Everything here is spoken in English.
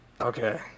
Okay